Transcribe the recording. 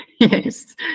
yes